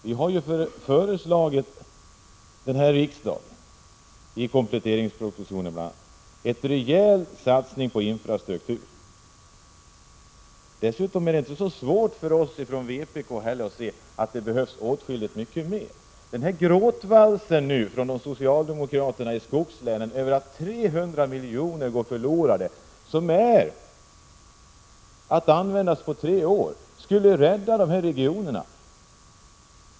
Vi har ju bl.a. i anslutning till kompletteringspropositionen föreslagit att riksdagen skall göra en rejäl satsning på infrastrukturen, och det är inte så svårt för oss inom vpk att se att det behövs åtskilligt mycket mer. De socialdemokrater som företräder skogslänen talar om att 300 milj.kr. går förlorade, pengar som skulle användas under tre år och som man anser skulle rädda ifrågavarande regioner.